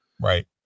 Right